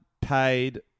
Paid